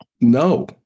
no